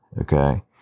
okay